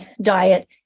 diet